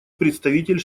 представитель